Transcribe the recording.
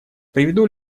приведу